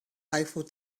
eiffel